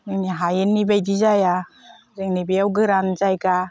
जोंनि हायेननि बायदि जाया जोंनि बेयाव गोरान जायगा